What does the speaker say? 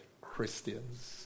Christians